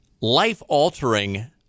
life-altering